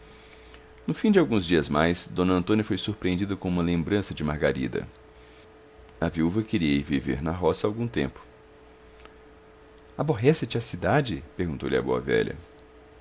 no fim de alguns dias mais d antônia foi surpreendida com uma lembrança de margarida a viúva queria ir viver na roça algum tempo aborrece te a cidade perguntou a boa velha